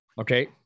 Okay